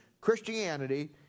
Christianity